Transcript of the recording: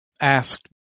asked